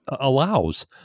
allows